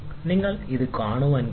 നിങ്ങൾക്ക് അത് കാണാൻ കഴിയും